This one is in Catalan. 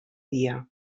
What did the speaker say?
dia